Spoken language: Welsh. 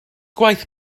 gwaith